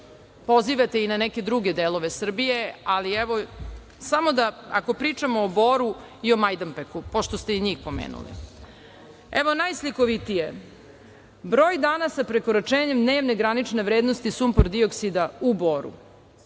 pozivate i na neke druge delove Srbije, ali samo da, ako pričamo o Boru i o Majdanpeku, pošto ste i njih pomenuli, evo najslikovitije, broj dana sa prekoračenjem dnevne granične vrednosti sumpor-dioksida u Boru,